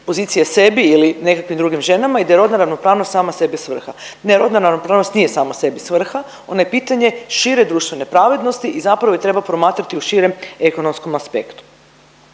pozicije sebi ili nekakvim drugim ženama i da je rodna ravnopravnost sama sebi svrha. Ne, rodna ravnopravnost nije sama sebi svrha, ona je pitanje šire društvene pravednosti i zapravo je treba promatrati u širem ekonomskom aspektu.